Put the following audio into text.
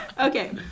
Okay